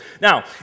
Now